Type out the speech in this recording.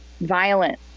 violent